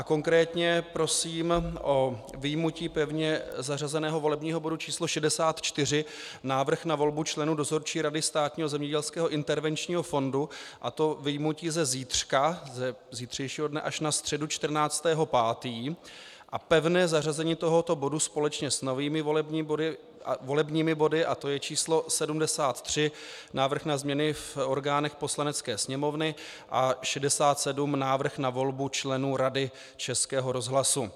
Konkrétně prosím o vyjmutí pevně zařazeného volebního bodu číslo 64, Návrh na volbu členů Dozorčí rady Státního zemědělského intervenčního fondu, a to vyjmutí ze zítřka, ze zítřejšího dne, až na středu 14. 5., a pevné zařazení tohoto bodu společně s novými volebními body, a to číslo 73, Návrh na změny v orgánech Poslanecké sněmovny, a 67, Návrh na volbu členů Rady Českého rozhlasu.